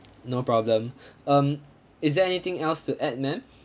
no problem um is there anything else to add ma'am